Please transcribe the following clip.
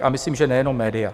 A myslím, že nejenom média.